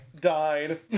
died